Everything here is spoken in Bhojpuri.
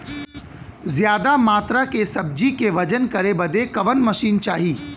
ज्यादा मात्रा के सब्जी के वजन करे बदे कवन मशीन चाही?